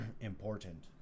important